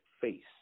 face